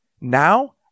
now